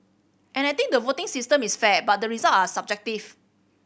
and I think the voting system is fair but the result are subjective